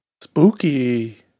Spooky